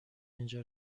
اینجا